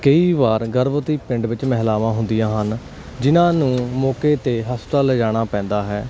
ਕਈ ਵਾਰ ਗਰਭਵਤੀ ਪਿੰਡ ਵਿੱਚ ਮਹਿਲਾਵਾਂ ਹੁੰਦੀਆਂ ਹਨ ਜਿਹਨਾਂ ਨੂੰ ਮੌਕੇ 'ਤੇ ਹਸਪਤਾਲ ਲਿਜਾਣਾ ਪੈਂਦਾ ਹੈ